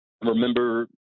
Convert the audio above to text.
remember